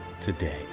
today